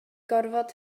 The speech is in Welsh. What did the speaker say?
gorfod